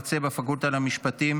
מנהלות הסיעה,